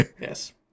Yes